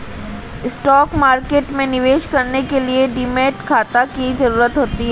stock market में निवेश करने के लिए डीमैट खाता की जरुरत पड़ती है